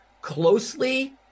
closely